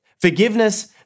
Forgiveness